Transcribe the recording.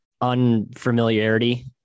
unfamiliarity